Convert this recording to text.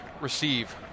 receive